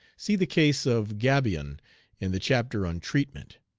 see the case of gabion in the chapter on treatment.